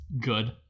Good